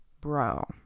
bro